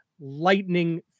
lightning